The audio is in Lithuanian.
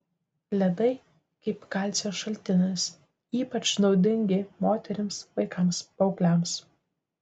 ledai kaip kalcio šaltinis ypač naudingi moterims vaikams paaugliams